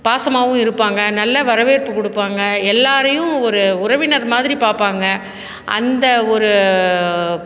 பாசமாவும் இருப்பாங்க நல்ல வரவேற்பு கொடுப்பாங்க எல்லாரையும் ஒரு உறவினர் மாதிரி பார்ப்பாங்க அந்த ஒரு